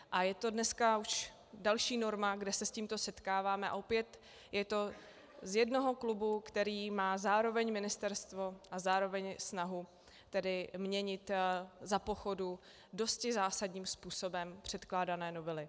A je to dneska už další norma, kde se s tímto setkáváme, a opět je to z jednoho klubu, který má zároveň ministerstvo a zároveň snahu měnit za pochodu dosti zásadním způsobem předkládané novely.